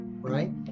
right